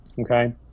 Okay